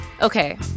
Okay